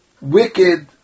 wicked